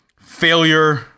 Failure